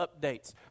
updates